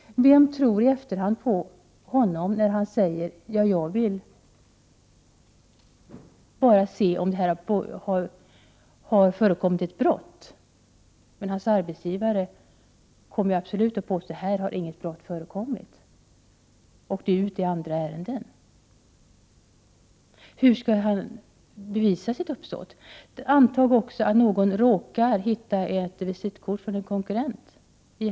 Vem trori efterhand på honom när han säger att han bara ville se om det hade skett ett brott. Hans arbetsgivare kommer absolut att påstå att inget brott har ägt rum och att vederbörande är ute i andra ärenden. Hur skall den här personen kunna bevisa sitt uppsåt? Antag också att någon i hans skrivbord råkar hitta ett visitkort från en konkurrent?